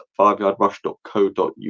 fiveyardrush.co.uk